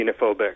xenophobic